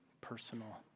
personal